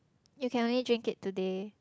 you can only drink it today